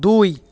দুই